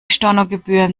stornogebühren